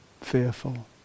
fearful